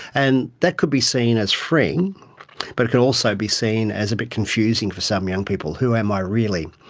and that could be seen as freeing but it can also be seen as a bit confusing for some young people who am i really?